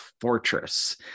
fortress